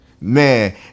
Man